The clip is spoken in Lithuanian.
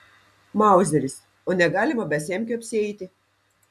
mauzeris o negalima be semkių apsieiti